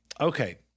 Okay